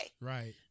Right